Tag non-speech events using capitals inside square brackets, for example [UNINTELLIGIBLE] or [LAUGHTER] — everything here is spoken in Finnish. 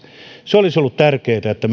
se olisi ollut tärkeää että [UNINTELLIGIBLE]